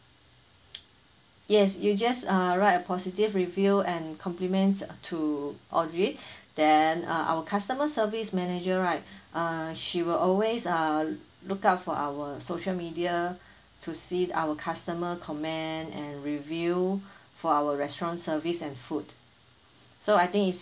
yes you just uh write a positive review and compliments to audrey then uh our customer service manager right uh she will always uh look out for our social media to see our customer comment and review for our restaurant service and food so I think it's